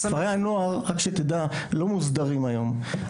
כפרי הנוער, רק שתדע, לא מוסדרים היום.